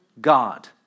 God